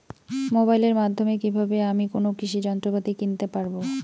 মোবাইলের মাধ্যমে কীভাবে আমি কোনো কৃষি যন্ত্রপাতি কিনতে পারবো?